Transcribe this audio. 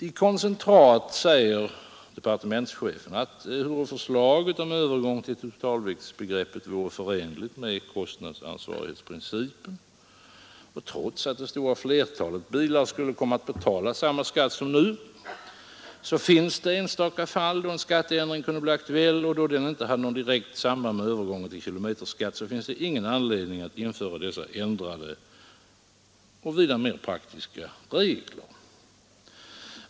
I koncentrat säger departementschefen att ehuru förslaget om övergång till totalviktsbegreppet vore förenligt med kostnadsansvarighetsprincipen och trots att det stora flertalet bilar skulle komma att betala samma skatt som nu, finns det enstaka fall då en skatteändring kan bli aktuell, och eftersom den inte har något direkt samband med övergången till kilometerskatt, är det ingen anledning att införa dessa ändrade och vida mer praktiska regler.